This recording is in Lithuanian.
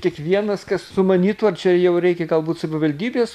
kiekvienas kas sumanytų ar čia jau reikia galbūt savivaldybės